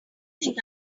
think